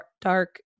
Dark